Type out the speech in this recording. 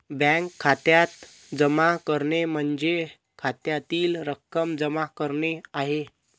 bank खात्यात जमा करणे म्हणजे खात्यातील रक्कम जमा करणे आहे